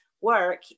work